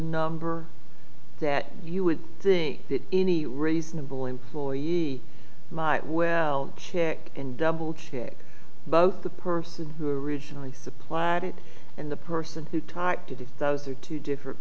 number that you would think that any reasonable employer might well check and double check both the person who originally supplied it and the person who typed it if those are two different